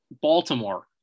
Baltimore